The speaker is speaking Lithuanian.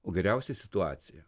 o geriausiai situaciją